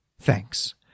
Thanks